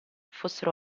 fossero